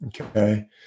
okay